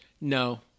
no